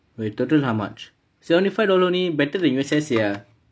wait total how much seventy five dollar only better than U_S_S sia